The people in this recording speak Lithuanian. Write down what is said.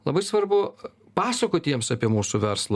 labai svarbu pasakoti jiems apie mūsų verslą